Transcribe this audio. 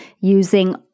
using